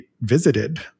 visited